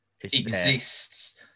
exists